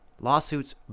Lawsuits